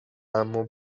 اما